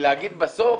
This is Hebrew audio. ולהגיד בסוף